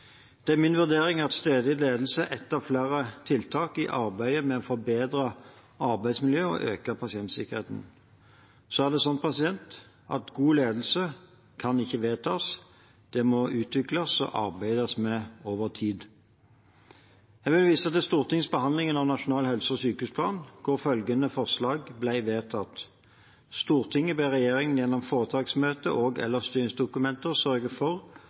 Det er min vurdering at stedlig ledelse er ett av flere tiltak i arbeidet med å forbedre arbeidsmiljøet og øke pasientsikkerheten. Så er det sånn at god ledelse kan ikke vedtas, det må utvikles og arbeides med over tid. Jeg vil vise til stortingsbehandlingen av Nasjonal helse- og sykehusplan for 2016–2019, hvor følgende forslag ble vedtatt: «Stortinget ber regjeringen gjennom foretaksmøtet og/eller styringsdokumenter sørge for